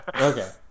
Okay